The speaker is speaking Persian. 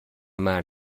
مرگ